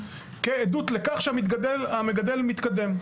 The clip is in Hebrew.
כעדות לכך שהמגדל מתקדם.